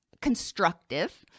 constructive